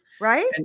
right